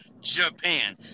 Japan